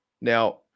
Now